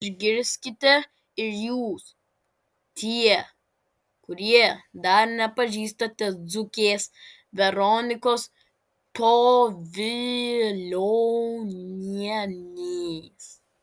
išgirskite ir jūs tie kurie dar nepažįstate dzūkės veronikos povilionienės